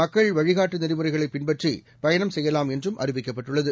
மக்கள்வ ழிகாட்டுநெறிமுறைகளைபின்பற்றி பயணம்செய்யலாம்என்றும்அறிவிக்கப்பட்டுள்ளது